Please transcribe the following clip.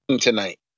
tonight